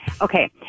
Okay